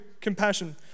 compassion